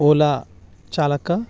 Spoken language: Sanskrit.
ओला चालकः